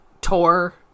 tour